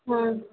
हाँ